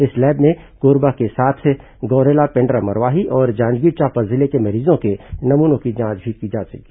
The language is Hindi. इस लैब में कोरबा के साथ गौरेला पेण्ड्रा मरवाही और जांजगीर चांपा जिले के मरीजों के नमूनों की भी जांच की जाएगी